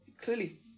clearly